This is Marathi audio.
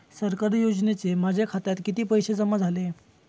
सरकारी योजनेचे माझ्या खात्यात किती पैसे जमा झाले?